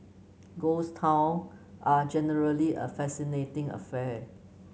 ghost town are generally a fascinating affair